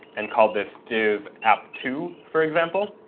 and call this div app two, for example,